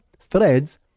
threads